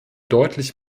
deutlich